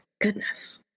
goodness